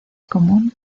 común